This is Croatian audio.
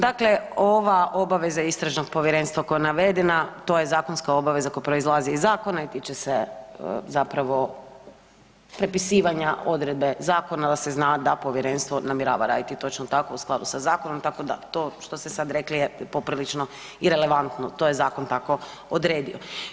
Dakle, ova obaveza istražnog povjerenstva koja je navedena to je zakonska obaveza koja proizlazi iz zakona i tiče se zapravo prepisivanja odredbe zakona da se zna da povjerenstvo namjerava raditi točno tako u skladu sa zakonom tako da to što ste sad rekli je poprilično irelevantno, to je zakon tako odredio.